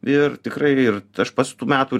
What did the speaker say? ir tikrai ir aš pats tų metų